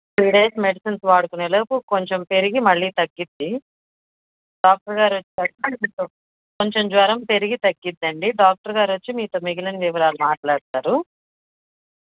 three days medicines వాడుకునే లోపు కొంచెం పెరిగి మళ్ళీ తగ్గుతుంది డాక్టర్ గారొచ్చాక మీతో కొంచెం జ్వరం పెరిగి తగగుతుందండి డాక్టర్ గారొచ్చి మీతో మిగిలిన వివరాలు మాట్లాడతారు